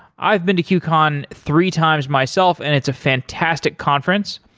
i've been to qcon three times myself, and it's a fantastic conference.